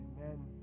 amen